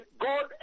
God